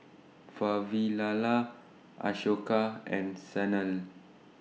Vavilala Ashoka and Sanal